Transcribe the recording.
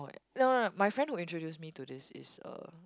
no no my friend who introduce me to this is a